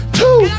two